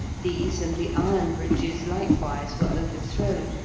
these and the iron bridges likewise were overthrown,